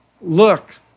look